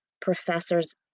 professors